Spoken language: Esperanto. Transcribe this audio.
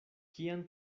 kian